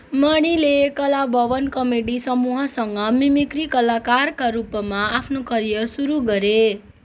मणिले कलाभवन कमेडी समूहसँग मिमिक्री कलाकारका रूपमा आफ्नो करियर सुरु गरे